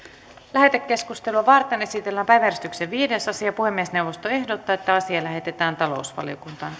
lähetekeskustelua varten esitellään päiväjärjestyksen viides asia puhemiesneuvosto ehdottaa että asia lähetetään talousvaliokuntaan